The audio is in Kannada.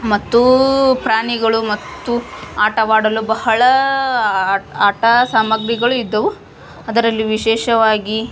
ಮತ್ತು ಪ್ರಾಣಿಗಳು ಮತ್ತು ಆಟವಾಡಲು ಬಹಳ ಆಟ ಆಟದ ಸಾಮಗ್ರಿಗಳು ಇದ್ದವು ಅದರಲ್ಲಿ ವಿಶೇಷವಾಗಿ